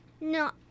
No